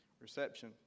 Reception